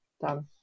done